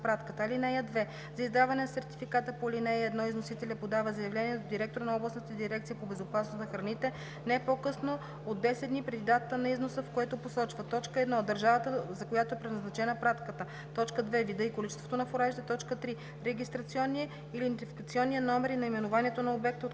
пратката. (2) За издаване на сертификата по ал. 1 износителят подава заявление до директора на областната дирекция по безопасност на храните не по-късно от 10 дни преди датата на износа, в което посочва: 1. държавата, за която е предназначена пратката; 2. вида и количеството на фуражите; 3. регистрационния или идентификационния номер и наименованието на обекта, от